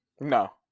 No